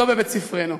לא בבית-ספרנו.